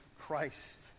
Christ